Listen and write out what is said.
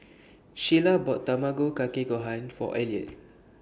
Shyla bought Tamago Kake Gohan For Eliot